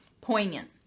poignant